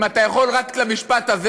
אם אתה יכול להתייחס רק למשפט הזה.